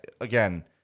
again